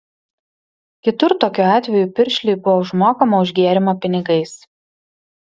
kitur tokiu atveju piršliui buvo užmokama už gėrimą pinigais